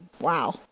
Wow